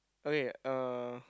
okay uh